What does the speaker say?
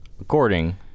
According